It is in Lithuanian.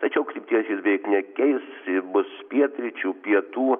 tačiau krypties jis beveik nekeis bus pietryčių pietų